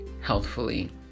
healthfully